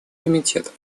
комитетов